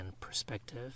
perspective